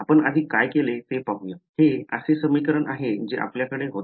आपण आधी काय केले ते पाहूया हे असे समीकरण आहे जे आपल्याकडे होते